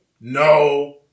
no